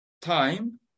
time